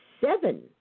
seven